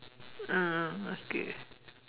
mm mm okay